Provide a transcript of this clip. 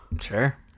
Sure